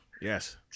Yes